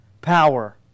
power